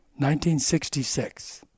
1966